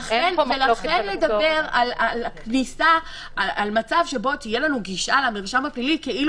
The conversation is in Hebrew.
ולכן לדבר על מצב שבו תהיה לנו גישה למרשם הפלילי כאילו